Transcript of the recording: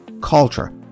culture